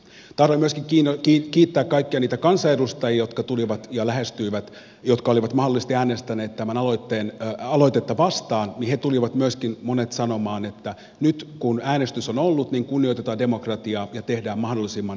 tahdon myöskin kiittää kaikkia niitä kansanedustajia jotka tulivat ja lähestyivät jotka olivat mahdollisesti äänestäneet tätä aloitetta vastaan ja joista monet tulivat myöskin sanomaan että nyt kun äänestys on ollut niin kunnioitetaan demokratiaa ja tehdään mahdollisimman hyvä laki